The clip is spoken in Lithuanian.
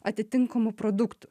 atitinkamų produktų